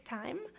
time